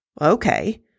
Okay